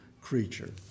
creature